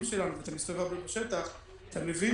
שלנו ואתה מסתובב הרבה בשטח אתה מבין